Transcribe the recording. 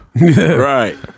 Right